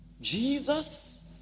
Jesus